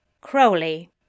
Crowley